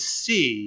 see